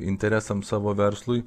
interesams savo verslui